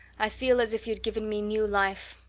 i feel as if you'd given me new life.